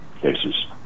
cases